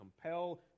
Compel